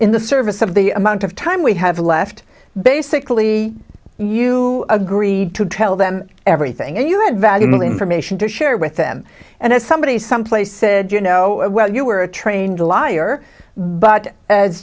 in the service of the amount of time we have left basically you agreed to tell them everything and you had valuable information to share with them and as somebody someplace said you know well you were a trained liar but as